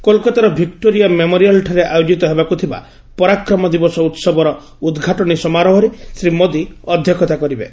କୋଲକାତାର ଭିକ୍ଟୋରିଆ ମେମୋରିଆଲ୍ଠାରେ ଆୟୋଜିତ ହେବାକୁଥିବା ପରାକ୍ରମ ଦିବସ ଉହବର ଉଦ୍ଘାଟନୀ ସମାରୋହରେ ଶ୍ରୀ ମୋଦୀ ଅଧ୍ୟକ୍ଷତା କରିବେ